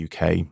UK